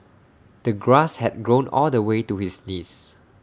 the grass had grown all the way to his knees